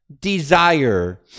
desire